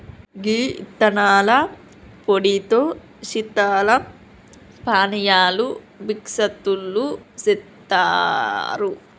గీ యిత్తనాల పొడితో శీతల పానీయాలు బిస్కత్తులు సెత్తారు